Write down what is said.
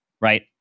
right